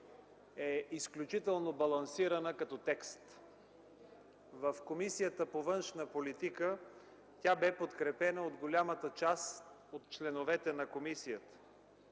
е изключително балансирана като текст. В Комисията по външна политика и отбрана тя бе подкрепена от голямата част от членовете на комисията.